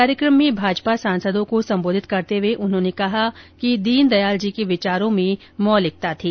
कार्यक्रम में भाजपा सांसदों को संबोधित करते हुए उन्होंने कहा कि दीनदयाल जी के विचारों में मौलिकता थी